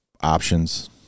options